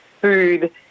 food